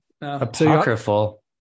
apocryphal